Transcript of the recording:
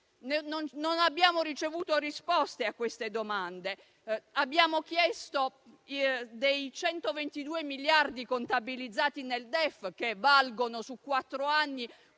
Non abbiamo ricevuto risposte a queste domande. Dei 122 miliardi contabilizzati nel DEF che valgono su quattro anni,